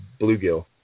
bluegill